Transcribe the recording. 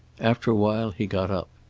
after a while he got up.